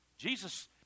Jesus